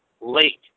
late